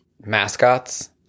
mascots